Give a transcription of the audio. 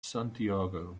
santiago